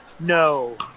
No